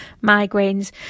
migraines